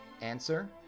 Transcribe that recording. Answer